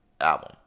album